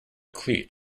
cleat